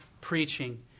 preaching